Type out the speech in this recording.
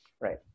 right